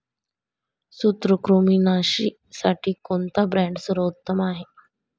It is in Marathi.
सूत्रकृमिनाशीसाठी कोणता ब्रँड सर्वोत्तम आहे?